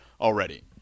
already